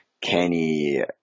Kenny